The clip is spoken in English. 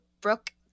Brooke